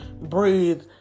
breathe